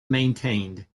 maintained